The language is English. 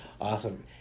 Awesome